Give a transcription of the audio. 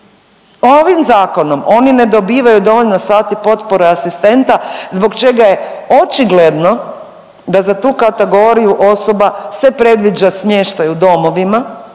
Ovim zakonom oni ne dobivaju dovoljno sati potpore asistenta zbog čega je očigledno da za tu kategoriju osoba se predviđa smještaj u domovima,